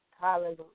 Hallelujah